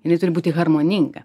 jinai turi būti harmoninga